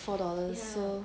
four dollars so